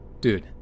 dude